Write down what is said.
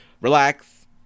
relax